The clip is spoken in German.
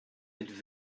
mit